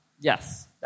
yes